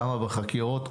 כמה בחקירות,